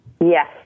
Yes